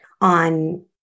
on